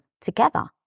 together